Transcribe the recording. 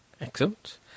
excellent